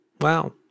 Wow